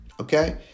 Okay